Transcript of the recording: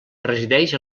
resideix